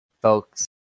folks